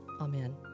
Amen